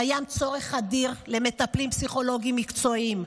קיים צורך אדיר במטפלים ופסיכולוגים מקצועיים,